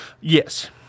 Yes